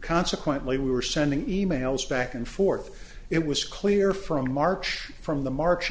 consequently we were sending e mails back and forth it was clear from march from the march